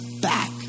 back